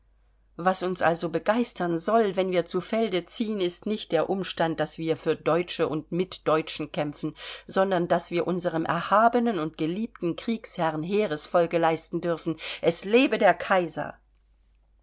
was uns also begeistern soll wenn wir zu felde ziehen ist nicht der umstand daß wir für deutsche und mit deutschen kämpfen sondern daß wir unserem erhabenen und geliebten kriegsherrn heeresfolge leisten dürfen es lebe der kaiser